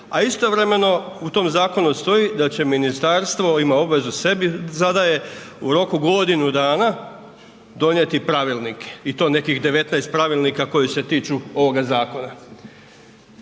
a istovremeno u tom zakonu stoji da će ministarstvo, ima obavezu, sebi zadaje, u roku godinu dana donijeti pravilnike, i to nekih 19 pravilnika koji se tiču ovoga zakona.